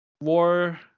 war